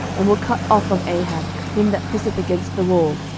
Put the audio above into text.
and will cut off from ahab him that pisseth against the wall,